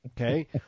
Okay